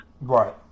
Right